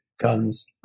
guns